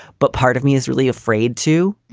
but part of me is really afraid to.